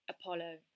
Apollo